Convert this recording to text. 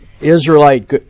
Israelite